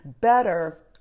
Better